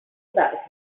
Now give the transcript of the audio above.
about